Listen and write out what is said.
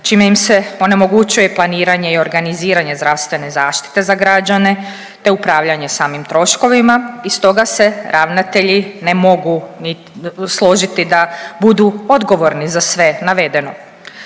čime im se onemogućuje i planiranje i organiziranje zdravstvene zaštite za građane, te upravljanje samim troškovima i stoga se ravnatelji ne mogu složiti da budu odgovorni za sve navedeno.